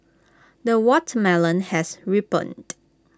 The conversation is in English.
the watermelon has ripened